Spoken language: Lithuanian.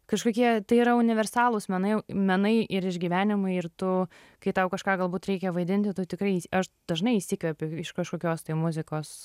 kažkokie tai yra universalūs menai menai ir išgyvenimai ir tu kai tau kažką galbūt reikia vaidinti tu tikrai aš dažnai įsikvepiu iš kažkokios tai muzikos